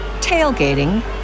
tailgating